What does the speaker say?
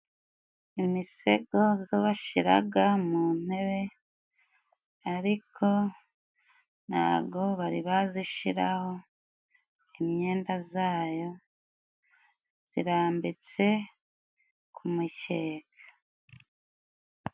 Imisego zo bashiraga mu ntebe, ariko ntago bari bazishiraho imyenda zayo, zirambitse ku mucyeka.